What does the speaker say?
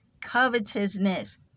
covetousness